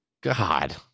God